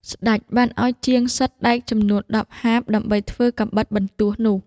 ស្ដេចបានឱ្យជាងសិតដែកចំនួនដប់ហាបដើម្បីធ្វើកាំបិតបន្ទោះនោះ។